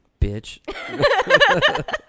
Bitch